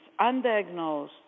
undiagnosed